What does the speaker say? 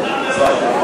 מראש.